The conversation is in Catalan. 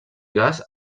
gas